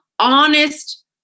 honest